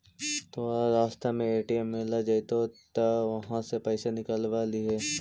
तोरा रास्ता में ए.टी.एम मिलऽ जतउ त उहाँ से पइसा निकलव लिहे